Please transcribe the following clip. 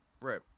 Right